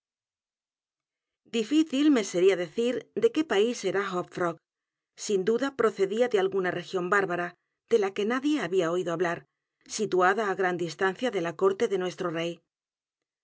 difícil me sería decir de qué país e r a h o p f r o g sin duda procedía de alguna región bárbara de la que nadie había oído hablar situada á g r a n distancia de la corte de nuestro rey